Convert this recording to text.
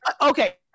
okay